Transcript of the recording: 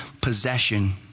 possession